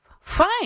Fine